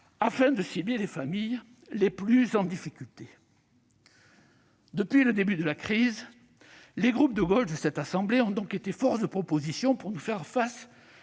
afin de cibler les familles les plus en difficulté. Depuis le début de la crise, les groupes de gauche de la Haute Assemblée ont été force de proposition pour faire face